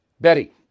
Betty